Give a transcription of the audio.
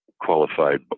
qualified